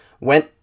went